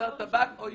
מוצרי טבק או עישון.